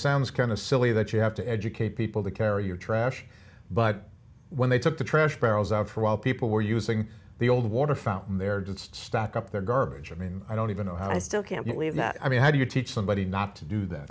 sounds kind of silly that you have to educate people to carry your trash but when they took the trash barrels out for a while people were using the old water fountain there didn't stack up their garbage i mean i don't even know how i still can't believe that i mean how do you teach somebody not to do that